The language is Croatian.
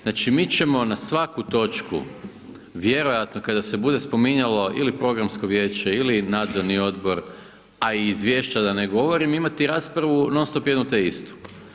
Znači mi ćemo na svaku točku vjerojatno kada se bude spominjalo ili programsko vijeće ili nadzorni odbor a i izvješća da ne govorim, imati raspravu non-stop jedno te istu.